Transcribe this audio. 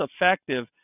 effective